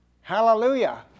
Hallelujah